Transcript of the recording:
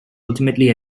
ultimately